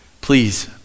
please